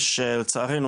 יש לצערנו,